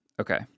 Okay